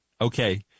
Okay